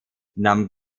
nahm